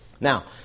Now